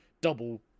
double